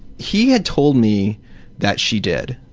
he had told me that she did,